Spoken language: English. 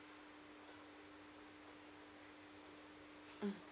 mm